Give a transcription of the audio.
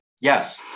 Yes